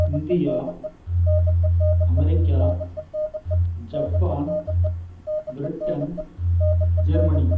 India America Japan Britain Germany